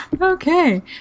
Okay